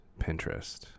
Pinterest